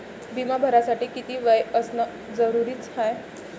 बिमा भरासाठी किती वय असनं जरुरीच हाय?